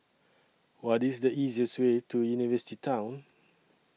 What IS The easiest Way to University Town